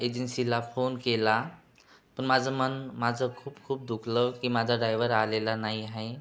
एजन्सीला फोन केला पण माझं मन माझं खूप खूप दुखलं की माझा डायवर आलेला नाही आहे